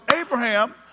Abraham